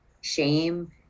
shame